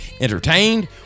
entertained